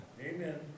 Amen